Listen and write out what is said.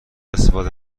استفاده